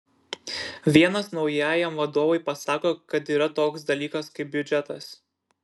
vienas naujajam vadovui pasako kad yra toks dalykas kaip biudžetas